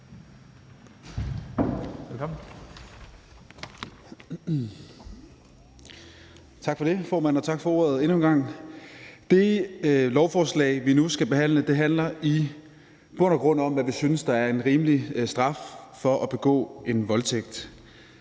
Tak for det, formand. Det lovforslag, vi nu skal behandle, handler i bund og grund om, hvad vi synes er en rimelig straf for at begå en voldtægt.